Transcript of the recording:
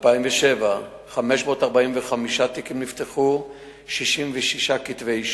בשנת 2007 נפתחו 545 תיקים והוגשו 66 כתבי אישום,